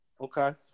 Okay